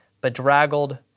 bedraggled